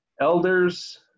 elders